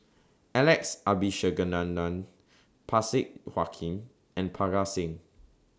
Alex Abisheganaden Parsick Joaquim and Parga Singh